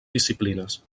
disciplines